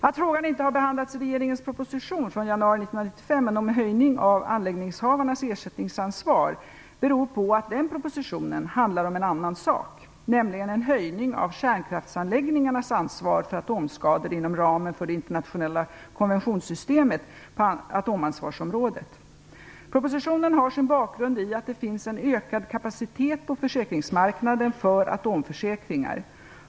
Att frågan inte har behandlats i regeringens proposition från januari 1995 om en höjning av anläggningshavarnas ersättningsansvar beror på att den propositionen handlar om en annan sak, nämligen en höjning av kärnkraftsanläggningarnas ansvar för atomskador inom ramen för det internationella konventionssystemet på atomansvarets område. Propositionen har sin bakgrund i att det finns en ökad kapacitet på atomförsäkringar på försäkringsmarknaden.